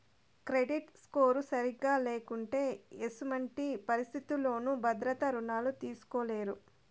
credit score సరిగా లేకుంటే ఎసుమంటి పరిస్థితుల్లోనూ భద్రత రుణాలు తీస్కోలేరు